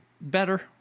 better